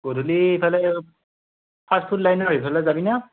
গধূলি এইফালে ফাষ্টফুড লাইনৰ হেৰি ফালে যাবি ন